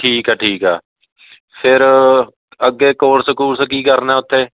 ਠੀਕ ਆ ਠੀਕ ਆ ਫਿਰ ਅੱਗੇ ਕੋਰਸ ਕੁਰਸ ਕੀ ਕਰਨਾ ਉੱਥੇ